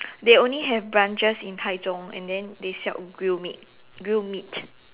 they only have branches in Taichung and then they sell grilled meat grilled meat